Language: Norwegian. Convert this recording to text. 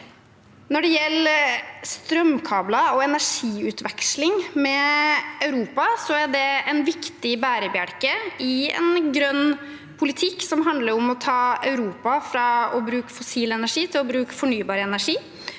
Når det gjelder strømkabler og energiutveksling med Europa, er det en viktig bærebjelke i en grønn politikk som handler om å ta Europa fra å bruke fossil energi til å bruke fornybar energi.